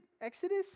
Exodus